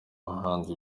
bahanzi